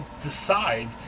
decide